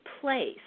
place